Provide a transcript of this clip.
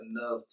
enough